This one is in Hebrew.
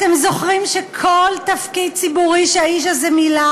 אתם זוכרים שכל תפקיד ציבורי שהאיש הזה מילא